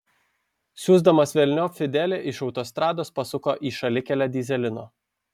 siųsdamas velniop fidelį iš autostrados pasuko į šalikelę dyzelino